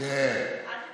עד לפה?